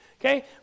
okay